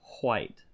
white